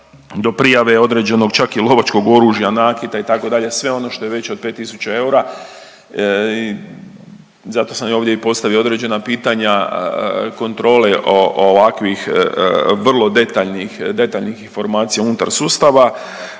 do prijave određenog čak i lovačkog oružja, nakita itd., sve ono što je veće od 5 tisuća eura. Zato sam ovdje i postavio određena pitanja kontrole ovakvih vrlo detaljnih, detaljnih informacija unutar sustava.